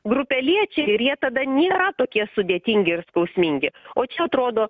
grupę liečia ir jie tada nėra tokie sudėtingi ir skausmingi o čia atrodo